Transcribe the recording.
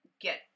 get